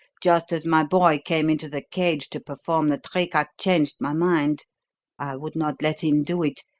just as my boy came into the cage to perform the trick i changed my mind. i would not let him do it.